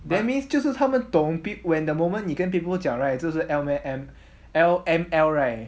that means 就是他们懂 big when the moment you 跟 people 讲 right 就是 L_M_L L_M_L right